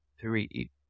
three